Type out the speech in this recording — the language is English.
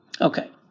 Okay